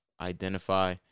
identify